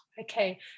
okay